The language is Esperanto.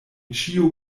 ĉiu